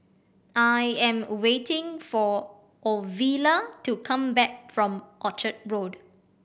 I am waiting for Ovila to come back from Orchard Road